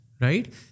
right